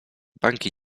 banki